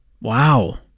Wow